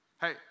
Hey